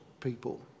People